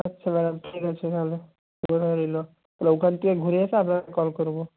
আচ্ছা ম্যাডাম ঠিক আছে তাহলে রইল তাহলে ওখান থেকে ঘুরে এসে আপনাকে কল করব